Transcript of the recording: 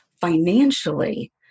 financially